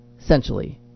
Essentially